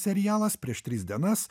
serialas prieš tris dienas